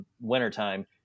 wintertime